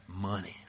money